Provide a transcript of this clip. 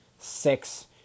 Six